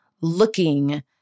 looking